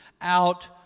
out